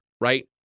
right